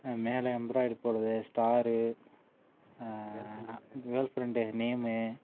மேலே எம்ப்ராய்ட்ரி போடுறது star girl friend name